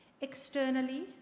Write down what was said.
Externally